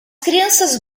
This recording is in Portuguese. crianças